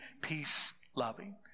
peace-loving